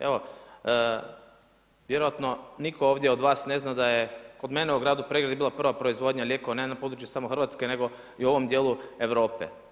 Evo vjerojatno nitko ovdje od vas ne zna da je kod mene u gradu Pregradi bila prva proizvodnja lijekova ne na jednom području samo Hrvatske, nego i ovom djelu Europe.